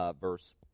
verse